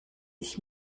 ich